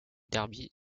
derby